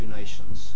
nations